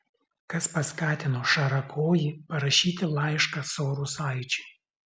kas paskatino šarakojį parašyti laišką saurusaičiui